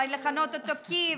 אולי לכנות אותו קייב,